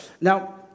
Now